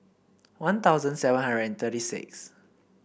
One Thousand seven hundred and thirty six